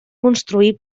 construir